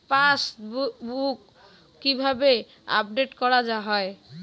Passbook কিভাবে update করা হয়?